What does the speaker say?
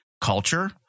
culture